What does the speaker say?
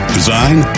Design